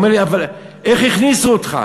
אומר לי, איך הכניסו אותך?